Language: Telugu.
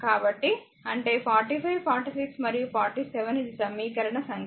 కాబట్టి అంటే 45 46 మరియు 47 ఇది సమీకరణ సంఖ్య